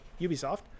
Ubisoft